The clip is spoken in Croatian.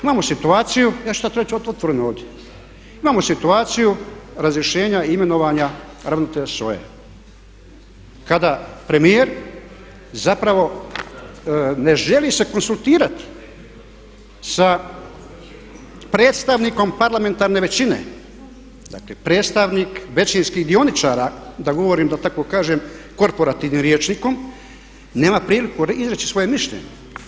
Imamo situaciju, ja ću sad reći otvoreno ovdje, imamo situaciju razrješenja i imenovanja ravnatelja SOA-e kada premijer zapravo ne želi se konzultirati sa predstavnikom parlamentarne većine, dakle predstavnik većinskih dioničara da govorim i tako kažem korporativnim rječnikom, nema priliku izreći svoje mišljenje.